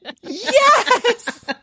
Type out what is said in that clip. yes